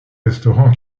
restaurants